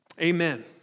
Amen